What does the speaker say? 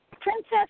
Princess